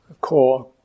core